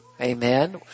Amen